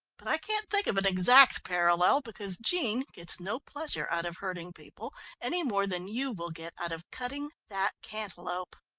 but i can't think of an exact parallel, because jean gets no pleasure out of hurting people any more than you will get out of cutting that cantaloup.